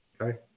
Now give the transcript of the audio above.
Okay